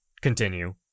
continue